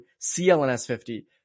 CLNS50